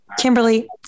Kimberly